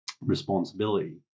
responsibility